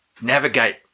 navigate